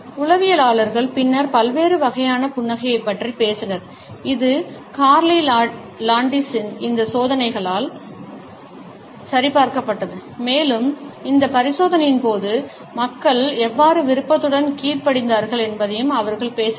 உளவியலாளர்கள் பின்னர் பல்வேறு வகையான புன்னகைகளைப் பற்றி பேசினர் இது கார்னி லாண்டிஸின் இந்த சோதனைகளால் சரிபார்க்கப்பட்டது மேலும் இந்த பரிசோதனையின் போது மக்கள் எவ்வாறு விருப்பத்துடன் கீழ்ப்படிந்தார்கள் என்பதையும் அவர்கள் பேசினர்